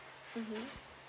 mmhmm